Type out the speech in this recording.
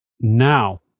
Now